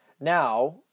Now